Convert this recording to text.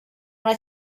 una